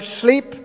sleep